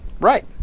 Right